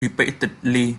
repeatedly